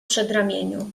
przedramieniu